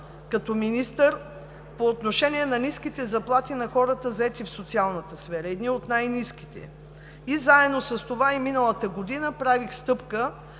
като министър, по отношение на ниските заплати на хората, заети в социалната сфера – едни от най-ниските, и заедно с това миналата година правих стъпка